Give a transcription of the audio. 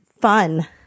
fun